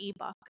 ebook